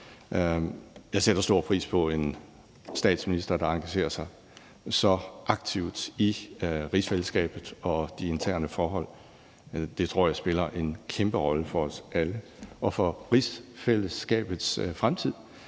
Jeg sætter stor pris på en statsminister, der engagerer sig så aktivt i rigsfællesskabet og i de interne forhold. Det tror jeg spiller en kæmpe rolle for os alle og for rigsfællesskabets fremtid.